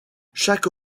chaque